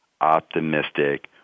optimistic